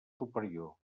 superior